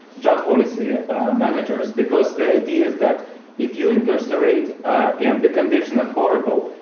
drug policy managers, because the idea is that if you incarcerate and the conditions are horrible.